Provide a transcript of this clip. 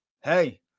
hey